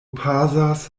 pasas